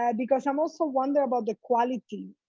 yeah because i'm also wondering about the quality,